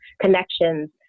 connections